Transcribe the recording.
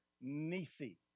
Nisi